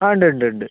ആ ഇണ്ട് ഇണ്ട് ഇണ്ട്